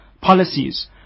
policies